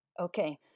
Okay